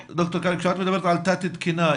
כשאת מדברת על תת תקינה,